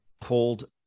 pulled